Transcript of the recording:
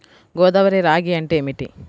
గోదావరి రాగి అంటే ఏమిటి?